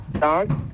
dogs